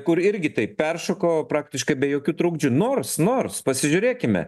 kur irgi taip peršoko praktiškai be jokių trukdžių nors nors pasižiūrėkime